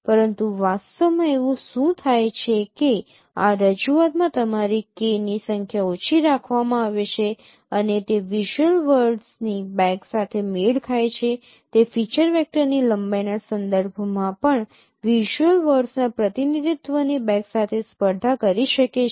પરંતુ વાસ્તવમાં એવું શું થાય છે કે આ રજૂઆતમાં તમારી K ની સંખ્યા ઓછી રાખવામાં આવે છે અને તે વિઝ્યુઅલ વર્ડની બેગ સાથે મેળ ખાય છે તે ફીચર વેક્ટરની લંબાઈ ના સંદર્ભમાં પણ વિઝ્યુઅલ વર્ડસના પ્રતિનિધિત્વ ની બેગ સાથે સ્પર્ધા કરી શકે છે